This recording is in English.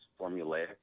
formulaic